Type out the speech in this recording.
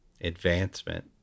advancement